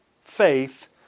faith